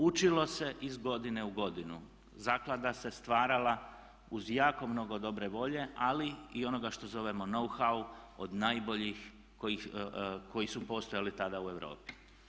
Učilo se iz godine u godinu, zaklada se stvarala uz jako mnogo dobre volje ali i onoga što zovemo know how od najboljih koji su postojali tada u Europi.